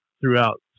throughout